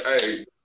hey